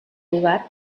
lugar